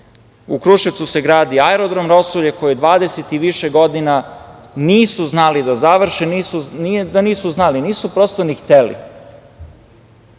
Kruševcu se gradi aerodrom Rosulje, koji 20 i više godina nisu znali da završe, nije da nisu znali,